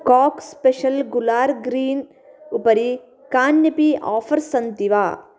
काक् special गुलार् green उपरि कान्यपि आफ़र्स् सन्ति वा